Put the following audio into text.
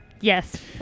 Yes